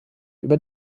über